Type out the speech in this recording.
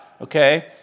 Okay